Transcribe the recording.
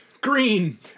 Green